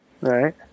Right